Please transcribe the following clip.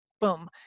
boom